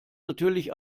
natürlich